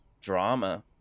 drama